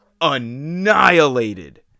annihilated